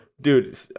Dude